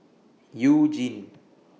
YOU Jin